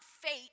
fate